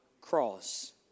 cross